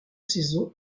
saisons